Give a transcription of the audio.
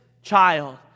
Child